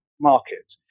market